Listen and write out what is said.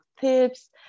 tips